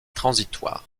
transitoire